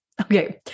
Okay